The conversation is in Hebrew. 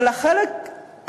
אבל החלק,